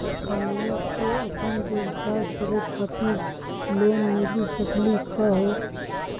हमनी क अपन व्यवसाय करै खातिर लोन मिली सकली का हो?